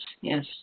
yes